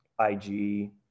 ig